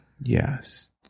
Yes